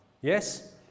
Yes